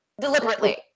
deliberately